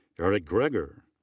eric gregor.